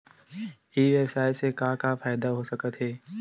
ई व्यवसाय से का का फ़ायदा हो सकत हे?